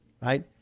right